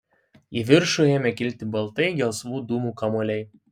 į viršų ėmė kilti baltai gelsvų dūmų kamuoliai